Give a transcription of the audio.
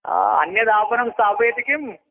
अन्यदापणं स्थापयति किं